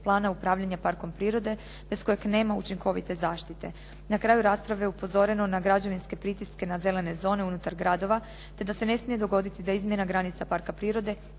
plana upravljanja parkom prirode bez kojeg nema učinkovite zaštite. Na kraju rasprave je upozoreno na građevinske pritiske na zelene zone unutar gradova te da se ne smije dogoditi da izmjena granica parka prirode